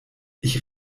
ich